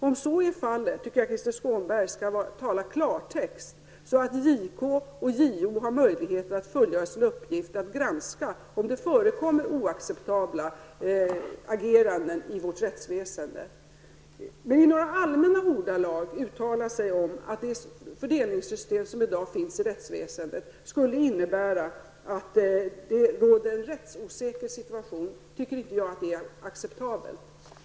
Om så är fallet tycker jag att Krister Skånberg skall tala klartext, så att JK och JO har möjligheter att fullgöra sina uppgifter att granska om det förekommer oacceptabla ageranden i vårt rättväsende. Men att i allmänna ordalag uttala sig om att det fördelningssystem som i dag finns i rättsväsendet skulle innebära att det råder en rättsosäker situation, tycker jag inte är acceptabelt.